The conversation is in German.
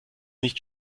nicht